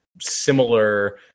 similar